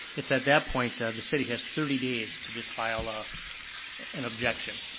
it's at that point the city has thirty days to just file ah an objection.